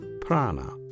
prana